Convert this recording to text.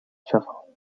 shuffle